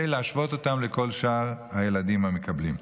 כדי להשוות אותם לכל שאר הילדים המקבלים.